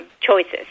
choices